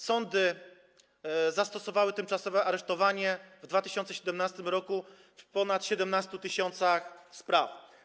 Sądy zastosowały tymczasowe aresztowanie w 2017 r. w ponad 17 tys. spraw.